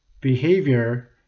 behavior